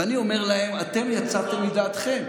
ואני אומר להם: אתם יצאתם מדעתכם.